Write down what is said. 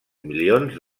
milions